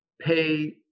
pay